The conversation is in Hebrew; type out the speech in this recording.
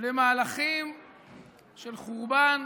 למהלכים של חורבן,